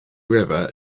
river